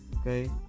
okay